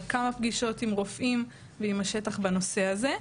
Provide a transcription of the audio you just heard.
כמה פגישות עם רופאים ועם השטח בנושא הזה.